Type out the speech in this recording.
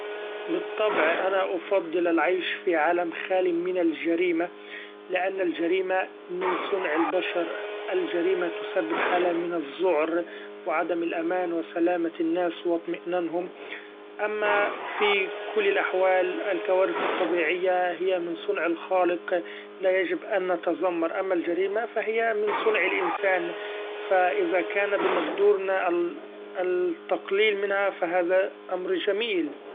بالطبع أنا أفضل العيش في عالم خالي من الجريمة ؛ لأن الجريمة من صنع البشر الجريمة تسبب حالة من الذعر و عدم الأمان و سلامة الناس و اطمئننهم ، أما في كل الأحوال الكوارث الطبيعية هي من صنع الخالق لا يجب أن نتذمر أما الجريمة فهي من صنع الإنسان ف إذا كان بمقدورنا التقليل منها ف هذا أمر جميل.